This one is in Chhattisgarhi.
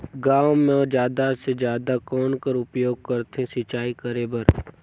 गांव म जादा से जादा कौन कर उपयोग करथे सिंचाई करे बर?